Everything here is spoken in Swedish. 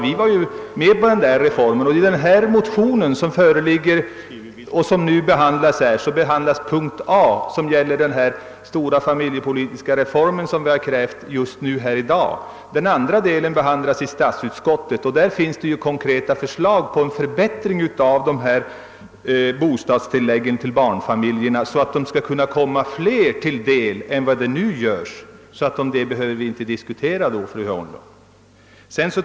Vi var med om den reform som nämndes, och i den motion som nu behandlas gäller punkt A den stora familjepolitiska reform som vi nu debatterar. Den andra delen behandlas i statsutskottet, och där finns vissa konkreta förslag om en förbättring av bostadstilläggen till barnfamiljer, så att dessa bidrag skall kunna komma fler familjer till del. Den saken behöver vi alltså inte diskutera nu, fru Hörnlund.